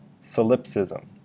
Solipsism